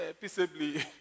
peaceably